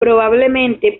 probablemente